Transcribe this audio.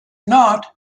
not